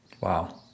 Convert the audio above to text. Wow